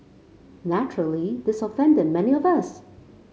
naturally this offended many of us